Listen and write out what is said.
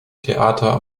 theater